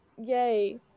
yay